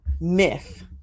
myth